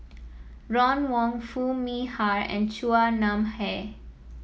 Ron Wong Foo Mee Har and Chua Nam Hai